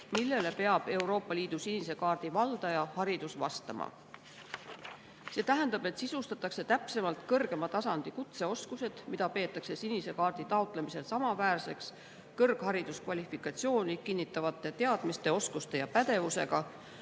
millele peab Euroopa Liidu sinise kaardi valdaja haridus vastama. See tähendab, et täpsemalt sisustatakse kõrgema tasandi kutseoskused, mida peetakse sinise kaardi taotlemisel samaväärseks kõrghariduskvalifikatsiooni kinnitavate teadmiste, oskuste ja pädevusega.